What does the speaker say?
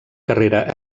carrera